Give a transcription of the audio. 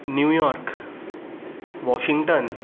New York Washington